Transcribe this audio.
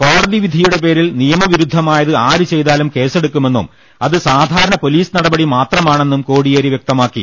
കോടതി വിധിയുടെ പേരിൽ നിയ മവിരുദ്ധമായത് ആര് ചെയ്താലും കേസെടുക്കുമെന്നും അത് സാധാരണ പൊലീസ് നടപടി മാത്രമാണെന്ന് കോടി യേരി വ്യക്തമാക്കി